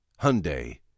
Hyundai